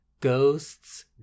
ghosts